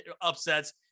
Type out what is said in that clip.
upsets